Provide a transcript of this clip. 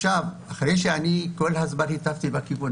אחרי שאני כל הזמן מטיף בכיוון